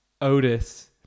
Otis